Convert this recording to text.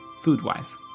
food-wise